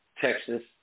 Texas